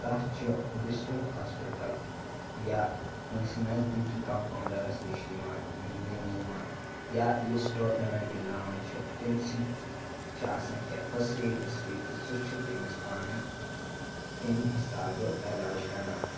تَس چھِ district hospital یا کٲنٛسہِ نزدیٖکی کَمپاوڈَرَس نِش یِوان نِنہٕ یِوان یا یُس ٹورنَمٮ۪نٛٹ گِنٛدناوان چھِ تٔمۍ سٕے چھُ آسان کینٛہہ فٕسٹ ایڈ وٕسٹ ایڈ تہٕ سُہ چھِ تٔمِس پانَے تٔمۍ حِسابہٕ علاج کَران